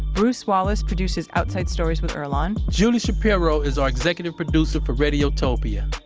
bruce wallace produces outside stories with earlonne julie shapiro is our executive producer for radiotopia.